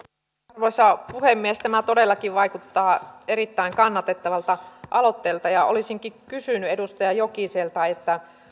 arvoisa puhemies tämä todellakin vaikuttaa erittäin kannatettavalta aloitteelta olisinkin kysynyt edustaja jokiselta